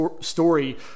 story